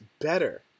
better